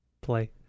Play